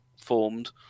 formed